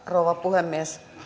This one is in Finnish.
rouva puhemies